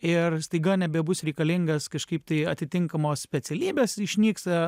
ir staiga nebebus reikalingas kažkaip tai atitinkamos specialybės išnyksta